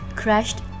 crashed